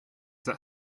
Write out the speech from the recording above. that